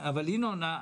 אבל ינון,